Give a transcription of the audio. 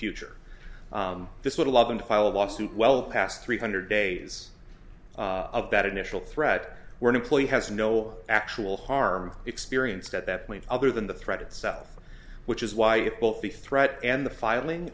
future this would allow them to file a lawsuit well past three hundred days of that initial threat were an employee has no actual harm experience at that point other than the threat itself which is why it will be threat and the filing